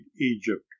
egypt